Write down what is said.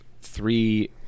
three